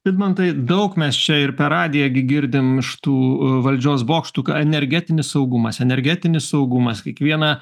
vidmantai daug mes čia ir per radiją gi girdim iš tų valdžios bokštų ką energetinis saugumas energetinis saugumas kiekvieną